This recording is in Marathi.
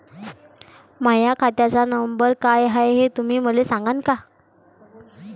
माह्या खात्याचा नंबर काय हाय हे तुम्ही मले सागांन का?